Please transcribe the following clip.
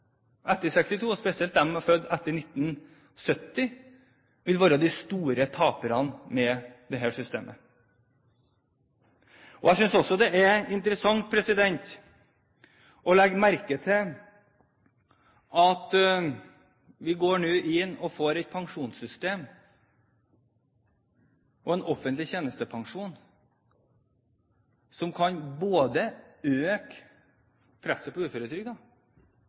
etter 1962, og spesielt de som er født etter 1970, vil være de store taperne i dette systemet. Jeg synes også det er interessant å legge merke til at vi nå får et pensjonssystem og en offentlig tjenestepensjon som kan øke presset på